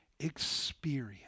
experience